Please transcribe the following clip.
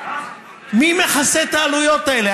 מי מכסה את העלויות האלה?